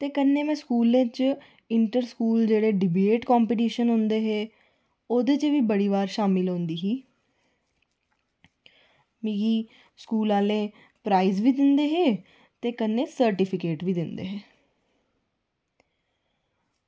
ते कन्नै गै स्कूलें च इंटर स्कूल जेह्ड़े डिबेट कम्पीटिशन होंदे हे ओह्दे च बी बड़ी बार शामल होंदी ही मिगी स्कूल आह्ले प्राईज बी दिंदे हे ते कन्नै सर्टीफिकेट बी दिंदे हे